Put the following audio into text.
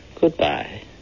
Goodbye